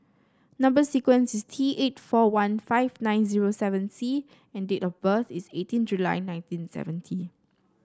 number sequence is T eight four one five nine zero seven C and date of birth is eighteen July nineteen seventy